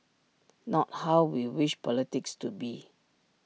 not how we wish politics to be